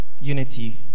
Unity